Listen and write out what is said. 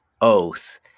oath